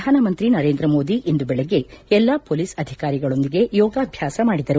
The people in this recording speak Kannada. ಪ್ರಧಾನಮಂತ್ರಿ ನರೇಂದ್ರಮೋದಿ ಇಂದು ಬೆಳಗ್ಗೆ ಎಲ್ಲಾ ಮೊಲೀಸ್ ಅಧಿಕಾರಿಗಳೊಂದಿಗೆ ಯೋಗಾಭ್ವಾಸ ಮಾಡಿದರು